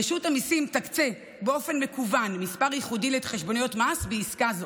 רשות המיסים תקצה באופן מקוון מספר ייחודי לחשבוניות מס בעסקה.